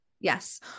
Yes